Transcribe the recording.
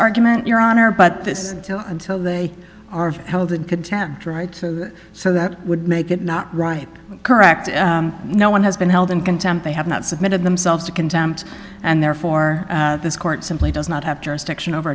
argument your honor but this until they are held in contempt right so that would make it not right correct no one has been held in contempt they have not submitted themselves to contempt and therefore this court simply does not have